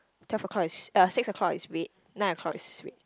twelve o-clock is uh six o-clock is red nine o-clock is red